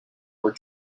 your